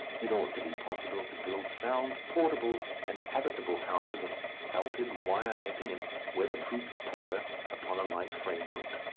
it ought to be possible to build sound, portable, and habitable houses of felted wire-netting and weather-proofed paper upon a light framework.